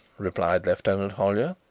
replied lieutenant hollyer.